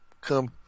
come